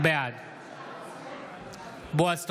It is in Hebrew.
בעד בועז טופורובסקי,